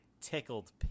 tickled